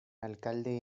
alcalde